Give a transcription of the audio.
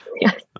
Yes